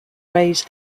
raise